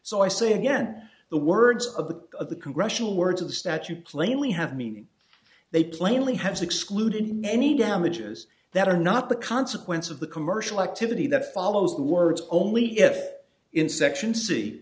so i say again the words of the of the congressional words of statute plainly have meaning they plainly has excluded any damages that are not the consequence of the commercial activity that follows the words only if in section